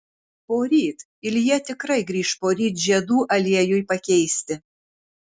poryt ilja tikrai grįš poryt žiedų aliejui pakeisti